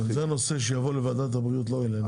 זה נושא שיבוא לוועדת הבריאות, לא אלינו.